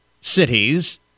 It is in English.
cities